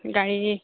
গাড়ী